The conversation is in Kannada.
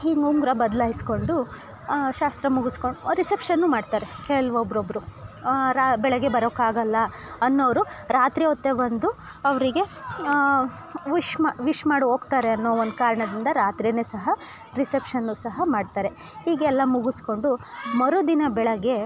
ಹಿಂಗೆ ಉಂಗುರ ಬದ್ಲಾಯಿಸ್ಕೊಂಡು ಶಾಸ್ತ್ರ ಮುಗಿಸ್ಕೊಂಡ್ ರಿಸೆಪ್ಷನು ಮಾಡ್ತಾರೆ ಕೆಲ್ವೊಬ್ಬೊಬ್ರು ರಾ ಬೆಳಗ್ಗೆ ಬರೋಕಾಗೋಲ್ಲ ಅನ್ನೋರು ರಾತ್ರಿ ಹೊತ್ತೇ ಬಂದು ಅವರಿಗೆ ವುಶ್ ವಿಶ್ ಮಾಡಿ ಹೋಗ್ತಾರೆ ಅನ್ನೋ ಒಂದು ಕಾರಣದಿಂದ ರಾತ್ರಿನೇ ಸಹ ರಿಸೆಪ್ಷನ್ನು ಸಹ ಮಾಡ್ತಾರೆ ಹೀಗೆಲ್ಲ ಮುಗಿಸ್ಕೊಂಡು ಮರುದಿನ ಬೆಳಗ್ಗೆ